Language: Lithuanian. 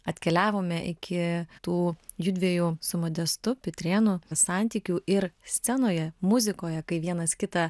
atkeliavome iki tų jųdviejų su modestu pitrėnu santykių ir scenoje muzikoje kai vienas kitą